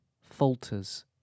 falters